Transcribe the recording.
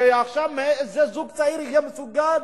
שעכשיו זוג צעיר יהיה מסוגל